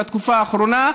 בתקופה האחרונה,